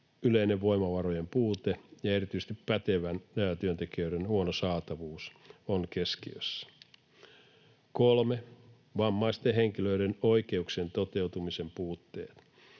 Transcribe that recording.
yleinen voimavarojen puute ja erityisesti pätevien työntekijöiden huono saatavuus on keskiössä. 3) Vammaisten henkilöiden oikeuksien toteutumisen puutteet,